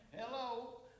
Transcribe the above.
Hello